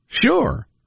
sure